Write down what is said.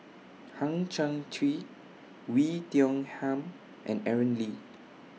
Hang Chang Chieh Oei Tiong Ham and Aaron Lee